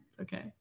okay